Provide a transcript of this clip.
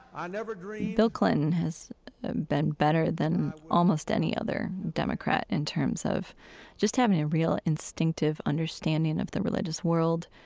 i never dreamed, bill clinton has been better than almost any other democrat in terms of just having a real instinctive understanding of the religious world,